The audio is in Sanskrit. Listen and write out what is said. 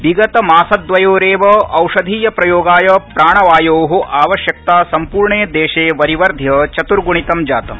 विगतमासद्वयोरेव औषधीय प्रयोगाय प्राणवायो आवश्यकता सम्पूर्ण देशे वरिवर्ध्य चत्र्ग्णितं जातम्